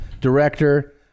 director